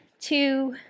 Two